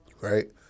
Right